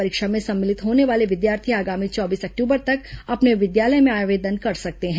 परीक्षा में सम्मिलित होने वाले विद्यार्थी आगामी चौबीस अक्टूबर तक अपने विद्यालय में आवेदन कर सकते हैं